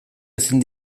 ezin